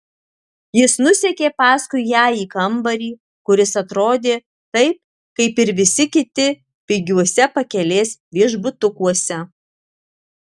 jis nusekė paskui ją į kambarį kuris atrodė taip kaip ir visi kiti pigiuose pakelės viešbutukuose